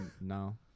No